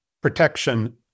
protection